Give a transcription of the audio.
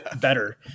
better